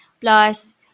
Plus